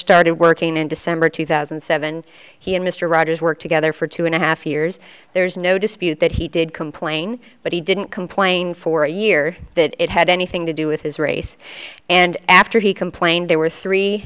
working in december two thousand and seven he and mr rogers worked together for two and a half years there's no dispute that he did complain but he didn't complain for a year that it had anything to do with his race and after he complained there were three